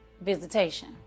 visitation